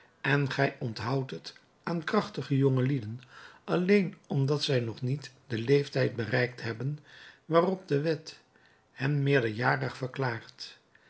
en gij onthoudt het aan krachtige jongelieden alleen omdat zij nog niet den leeftijd bereikt hebben waarop de wet hen meerderjarig verklaart